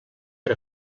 per